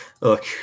Look